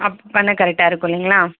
அப் பண்ணால் கரெக்டாக இருக்கும் இல்லைங்களா